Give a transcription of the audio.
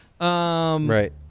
Right